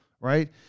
right